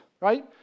Right